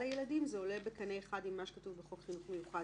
הילדים עולה בקנה אחד עם מה שכתוב בחוק חינוך מיוחד.